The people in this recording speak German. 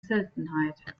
seltenheit